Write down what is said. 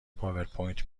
پاورپوینت